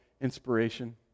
inspiration